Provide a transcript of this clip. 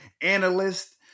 analyst